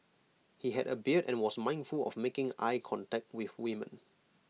he had A beard and was mindful of making eye contact with women